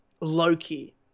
Loki